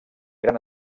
gran